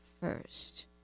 first